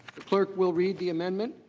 the clerk will read the amendment.